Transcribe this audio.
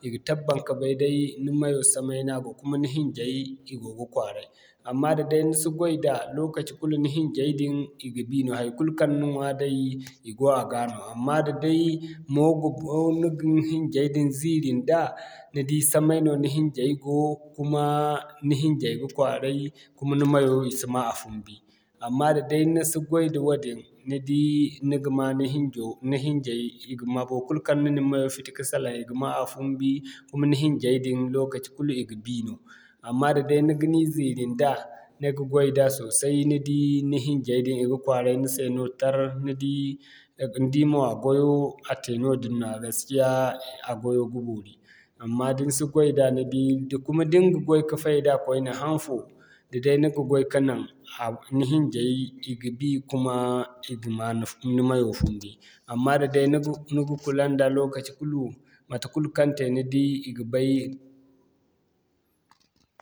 i ga tabbat ka bay day ni mayo samay no a go kuma ni hiŋjay i go ga kwaaray. Amma da'day ni si goy da lokaci kulu ni hiŋjay din i ga bi no haikulu kaŋ ni ɲwa day, i go a ga nooya. Amma da'day mo ga bo ni ga ni hiŋjay din ziiri nda ni di samay no ni hiŋjay go kuma, ni hiŋjay ga kwaaray, kuma ni mayo i si ma a fumbi. Amma da'day ni si goy da woo din ni di ni ga ma ni hinjo, ni hinjay ni i ga ma baikulu kaŋ ni na ni mayo fiti ka salaŋ i ga ma a fumbi kuma ni hiŋjay din lokaci kulu i ga bi no. Amma da'day ni ga ni ziiri nda, ni ga goy da soosay, ni di ni hiŋjay din i ga kwaaray ni se no tar ni di, ni di mo a gwayo, a te noodin nooya gaskiya a gwayo ga boori. Amma da ni si goy da ni di, da kuma da ni ga goy ka fayda haŋfo, da'day ni ga goy ka naŋ, ni hiŋjay i ga bi kuma i ga ma ni ni mayo fumbi. Amma da'day ni ga kula nda lokaci kulu, matekul kaŋ te ni di i ga bay.